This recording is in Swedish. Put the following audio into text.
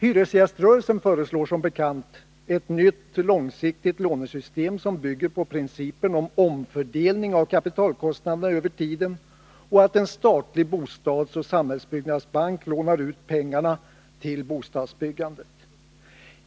Hyresgäströrelsen föreslår som bekant ett nytt långsiktigt lånesystem, som bygger på principen om omfördelning av kapitalkostnaderna över tiden och att en statlig bostadsoch samhällsbyggnadsbank lånar ut pengarna till bostadsbyggandet.